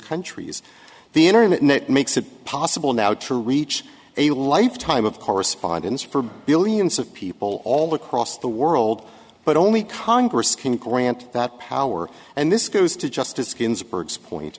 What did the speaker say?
countries the internet makes it possible now to reach a lifetime of correspondence for billions of people all across the world but only congress can grant that power and this goes to justice ginsburg's point